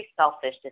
selfish